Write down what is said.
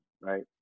right